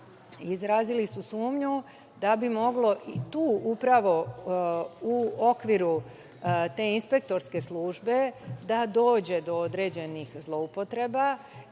izrazili sumnju da bi moglo i tu upravo u okviru te inspektorske službe da dođe do određenih zloupotreba